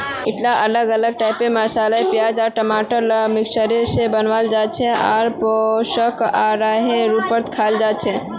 ईटा अलग अलग टाइपेर मसाला प्याज आर टमाटरेर मिश्रण स बनवार दाल छिके आर पोषक आहारेर रूपत खाल जा छेक